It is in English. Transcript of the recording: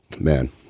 man